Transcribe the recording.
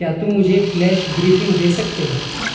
کیا تم مجھے فلیش بریفنگ دے سکتے ہو